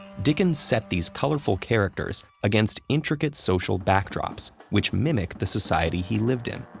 dickens set these colorful characters against intricate social backdrops, which mimic the society he lived in.